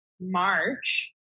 March